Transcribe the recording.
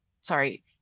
sorry